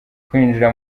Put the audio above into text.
kwinjira